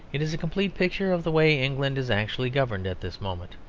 it is a complete picture of the way england is actually governed at this moment.